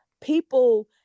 people